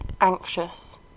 anxious